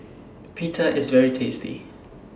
Pita IS very tasty